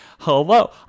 hello